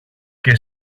και